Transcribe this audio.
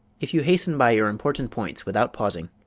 if you hasten by your important points without pausing,